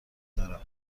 دارم